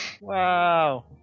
Wow